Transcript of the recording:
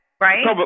right